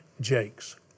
Jakes